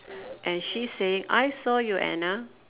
and she's saying I saw you Anna